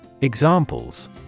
Examples